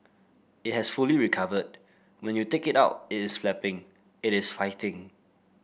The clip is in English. it has fully recovered when you take it out it's flapping it is fighting